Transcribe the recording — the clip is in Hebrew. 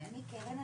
אני קרן.